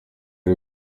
ari